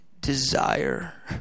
desire